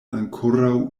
ankoraŭ